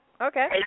Okay